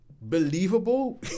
believable